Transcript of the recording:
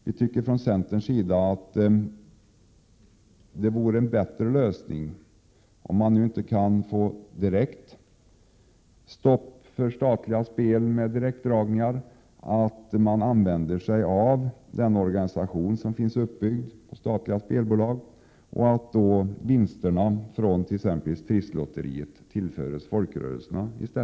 Vi i centern tycker att det, om man inte kan få ett direkt stopp för statliga spel med direktdragningar, vore en bättre lösning att använda sig av den organisation som finns uppbyggd för statliga spelbolag och att vinsten från t.ex. Trisslotteriet tillfördes folkrörelserna.